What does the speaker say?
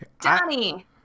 Donnie